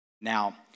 Now